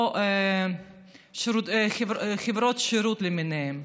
או חברות שירות למיניהן.